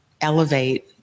elevate